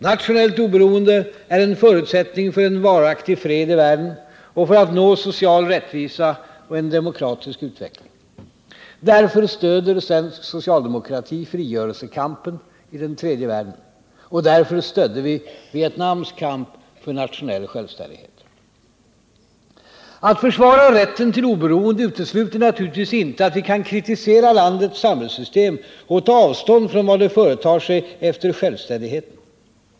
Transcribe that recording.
Nationellt oberoende är en förutsättning för en varaktig fred i världen och för att nå social rättvisa och en demokratisk utveckling. Därför stödjer svensk socialdemokrati frigörelsekampen i tredje världen. Och därför stödde vi Vietnams kamp för nationell självständighet. Att försvara rätten till oberoende utesluter naturligtvis inte att vi kan kritisera landets samhällssystem och ta avstånd från vad det företar sig efter självständigheten.